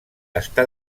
està